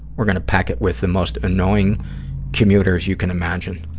we're going to pack it with the most annoying commuters you can imagine.